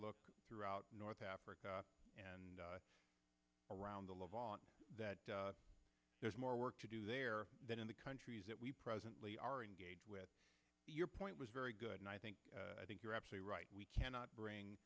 look throughout north africa and around the love on that there's more work to do there than in the countries that we presently are engaged with your point was very good and i think i think you're absolutely right we cannot bring